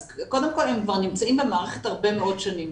אז קודם כל הם כבר נמצאים במערכת הרבה מאוד שנים,